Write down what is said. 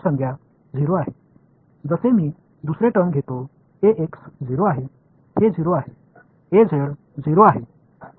जसे मी दुसरे टर्म घेतो 0 आहे हे 0 आहे 0 आहे